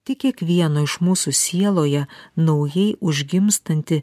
tik kiekvieno iš mūsų sieloje naujai užgimstanti